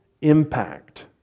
impact